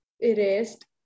erased